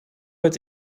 het